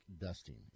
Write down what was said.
dusting